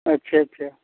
अच्छा अच्छा